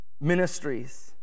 ministries